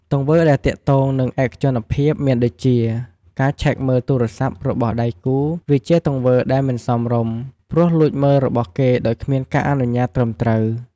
ទង្វើដែលទាក់ទងនឹងឯកជនភាពមានដូចជា ការឆែកមើលទូរស័ព្ទរបស់ដៃគូរ វាជាទង្វើដែលមិនសមរម្យ ព្រោះលួចមើលរបស់គេដោយគ្មានការអនុញ្ញាតត្រឹមត្រូវ។